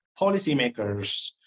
policymakers